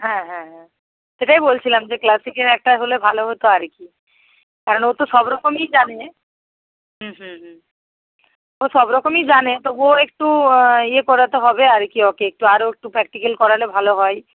হ্যাঁ হ্যাঁ হ্যাঁ সেটাই বলছিলাম যে ক্লাসিকের একটায় হলে ভালো হত আর কি কারণ ও তো সব রকমই জানে হুম হুম হুম ও সব রকমই জানে তবুও একটু ইয়ে করাতে হবে আর কি ওকে একটু আরও একটু প্র্যাকটিক্যাল করালে ভালো হয়